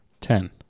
ten